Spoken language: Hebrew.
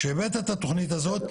כשהבאת את התוכנית הזאת,